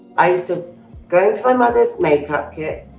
i used to go into my mother's makeup kit